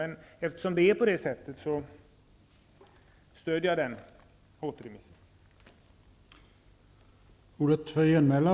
Men eftersom det nu har blivit på det sättet stödjer jag yrkandet om återremiss.